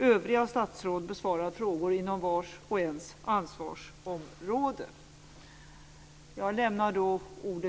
Övriga statsråd besvarar frågor inom vars och ens ansvarsområde.